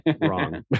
wrong